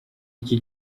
iki